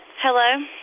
Hello